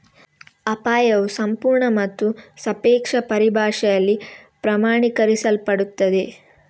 ಅಪಾಯವು ಸಂಪೂರ್ಣ ಮತ್ತು ಸಾಪೇಕ್ಷ ಪರಿಭಾಷೆಯಲ್ಲಿ ಪ್ರಮಾಣೀಕರಿಸಲ್ಪಡುತ್ತದೆ